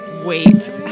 Wait